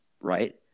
right